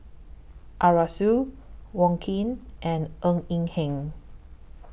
Arasu Wong Keen and Ng Eng Hen